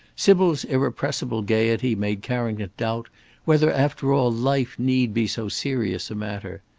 sybil's irrepressible gaiety made carrington doubt whether, after all, life need be so serious a matter.